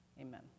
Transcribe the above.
Amen